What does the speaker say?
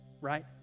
right